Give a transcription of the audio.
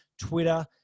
twitter